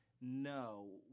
no